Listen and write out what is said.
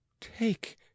Take